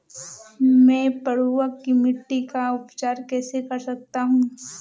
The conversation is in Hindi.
मैं पडुआ की मिट्टी का उपचार कैसे कर सकता हूँ?